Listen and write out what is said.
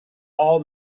all